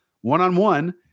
one-on-one